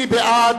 מי בעד?